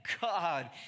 god